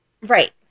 right